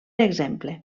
exemple